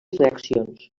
reaccions